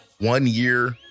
one-year